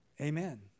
amen